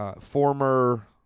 former